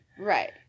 Right